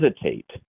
hesitate